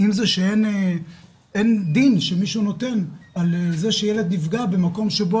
אם זה שאין דין שמישהו נותן על זה שילד נפגע במקום שבו